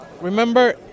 remember